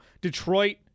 Detroit